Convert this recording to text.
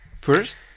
First